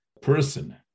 person